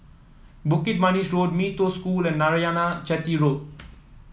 Bukit Manis Road Mee Toh School and Narayanan Chetty Road